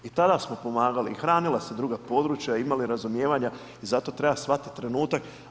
I tada smo pomagali i hranila se druga područja, imali razumijevanja i zato treba shvatiti trenutak.